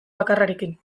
bakarrarekin